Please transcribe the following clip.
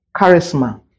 charisma